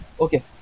Okay